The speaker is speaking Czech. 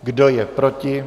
Kdo je proti?